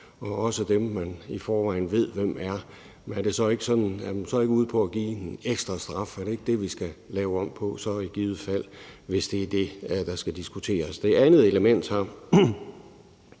og også dem, man i forvejen ved hvem er. Men er det så ikke sådan, at man er ude på at give en ekstra straf? Er det ikke det, vi så i givet fald skal lave om på, hvis det er det, der skal diskuteres? Den anden ting er,